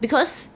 because